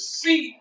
see